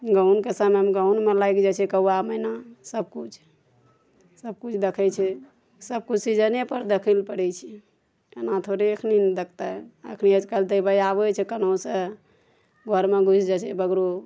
गहूॅंमके समयमे गहूॅंममे लागि जाइ छै कौआ मैना सबकिछु सबकिछु देखै छै सबकिछु सीजने पर देखै लए पड़ै छै एना थोड़े अखन ने देखतै अखन आइकाल्हि दै बै आबै छै कनहुँ सऽ घरमे घुसि जाइ छै बगरो